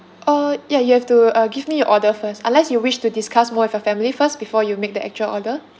oh ya you have to uh give me your order first unless you wish to discuss more with your family first before you make the actual order